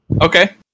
Okay